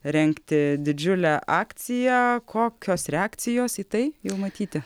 rengti didžiulę akciją kokios reakcijos į tai jau matyti